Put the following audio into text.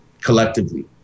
collectively